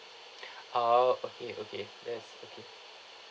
oh okay okay that is okay